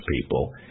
people